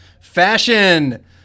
Fashion